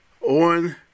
on